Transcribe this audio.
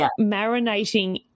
marinating